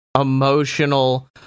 emotional